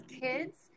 kids